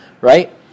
right